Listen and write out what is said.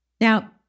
Now